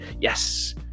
yes